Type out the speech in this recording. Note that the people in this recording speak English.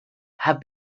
have